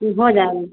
वो हो जाए